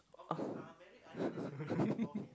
oh